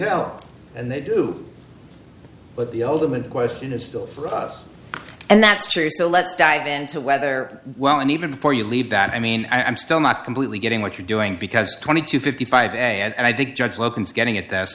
al and they do but the ultimate question is still for us and that's true so let's dive into whether well and even before you leave that i mean i'm still not completely getting what you're doing because twenty two fifty five and i think judge locums getting it that